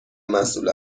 مسئول